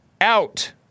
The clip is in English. out